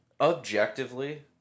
Objectively